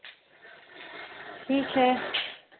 ठीक है